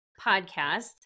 podcast